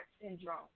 syndrome